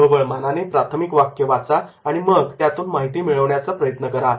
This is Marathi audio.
ढोबळमानाने प्राथमिक वाक्य वाचा आणि मग त्यातून माहिती मिळवण्याचा प्रयत्न करा